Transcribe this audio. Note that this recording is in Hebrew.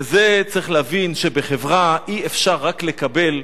וצריך להבין שבחברה אי-אפשר רק לקבל,